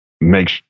make